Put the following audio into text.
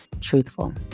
truthful